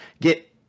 get